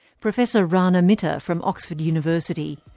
professor rana mitter from oxford university.